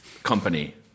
company